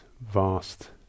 vast